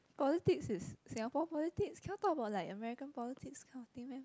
politic is Singapore politics cannot talk about like American politics this kind of thing meh